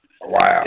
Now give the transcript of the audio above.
Wow